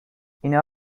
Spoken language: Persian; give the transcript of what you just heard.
اینا